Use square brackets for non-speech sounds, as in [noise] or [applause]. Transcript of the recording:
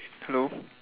[noise] hello